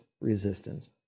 resistance